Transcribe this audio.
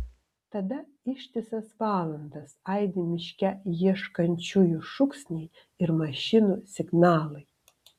tada ištisas valandas aidi miške ieškančiųjų šūksniai ir mašinų signalai